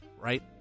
Right